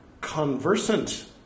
conversant